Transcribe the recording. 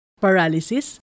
paralysis